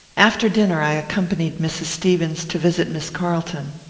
after dinner i accompanied mrs. stevens to visit miss carlton.